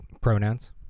pronouns